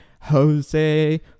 Jose